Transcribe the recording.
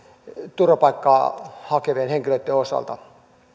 turvapaikkaa hakevien henkilöitten osalta